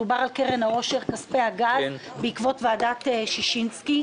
מדובר על קרן העושר כספי הגז בעקבות ועדת ששנסקי.